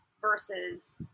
versus